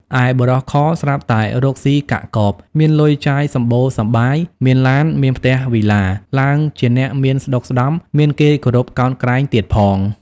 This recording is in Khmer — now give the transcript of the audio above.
ឯបុរស ខ ស្រាប់តែរកស៊ីកាក់កប មានលុយចាយសម្បូរសប្បាយ មានឡាន មានផ្ទះវិឡា ឡើងជាអ្នកមានស្តុកស្តម្ភ មានគេគោរពកោតក្រែងទៀតផង ។